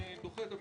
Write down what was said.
אני דוחה את המשפט.